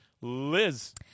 Liz